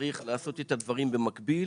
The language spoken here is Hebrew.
צריך לעשות את הדברים במקביל,